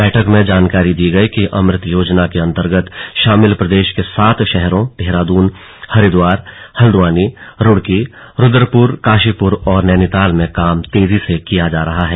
बैठक में जानकारी दी गई कि अमृत योजना के अन्तर्गत शामिल प्रदेश के सात शहरो देहरादून हरिद्वार हल्द्वानी रूड़की रूद्रपुर काशीपुर और नैनीताल में काम तेजी से किया जा रहा है